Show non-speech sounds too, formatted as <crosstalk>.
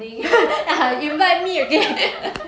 <laughs> ya invite me again <laughs>